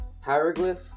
Hieroglyph